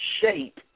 shape